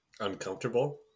Uncomfortable